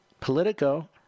Politico